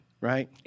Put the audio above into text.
right